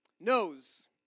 knows